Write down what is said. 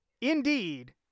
Indeed